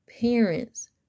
parents